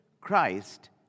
Christ